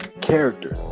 character